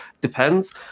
depends